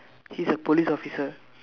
he's a police officer